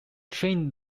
trained